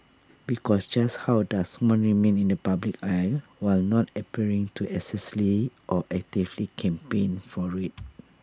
because just how does one remain in the public eye while not appearing to excessively or actively campaign for IT